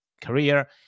career